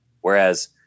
Whereas